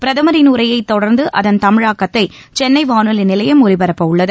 பிரதமின் உரையைத் தொடர்ந்து அதன் தமிழாக்கத்தை சென்னை வானொலி நிலையம் ஒலிபரப்ப உள்ளது